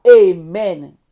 amen